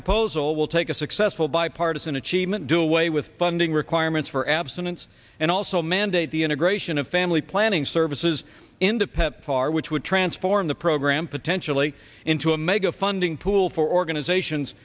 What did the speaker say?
proposal will take a successful bipartisan achievement do away with funding requirements for abstinence and also mandate the integration of family planning services into pepfar which would transform the program potentially into a mega funding pool for organizations